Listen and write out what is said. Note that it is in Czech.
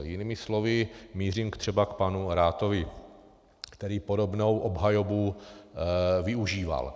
Jinými slovy, mířím třeba k panu Rathovi, který podobnou obhajobu využíval.